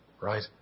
Right